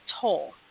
toll